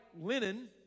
linen